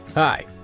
Hi